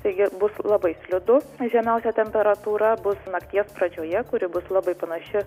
taigi bus labai slidu žemiausia temperatūra bus nakties pradžioje kuri bus labai panaši